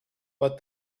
but